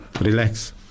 relax